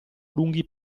lunghi